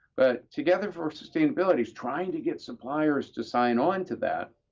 but together for sustainability is trying to get suppliers to sign on to that.